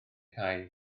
cau